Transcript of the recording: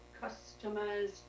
customers